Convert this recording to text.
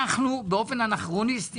אנחנו באופן אנכרוניסטי,